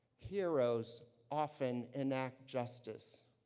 heroes often enact justice,